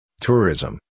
tourism